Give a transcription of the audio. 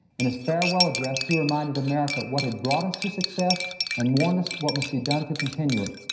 in his farewell address, he reminded america what had brought us to success and warned us what must be done to continue it.